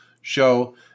show